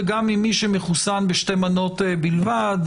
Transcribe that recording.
וגם ממי שמחוסן בשתי מנות בלבד,